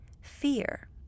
fear